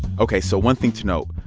ok. so one thing to note,